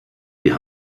die